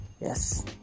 Yes